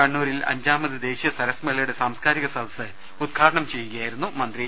കണ്ണൂരിൽ അഞ്ചാമത് ദേശീയ സരസ് മേളയുടെ സാംസ്കാരിക സദസ് ഉദ്ഘാടനം ചെയ്യുകയായിരുന്നു മന്ത്രി